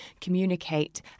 communicate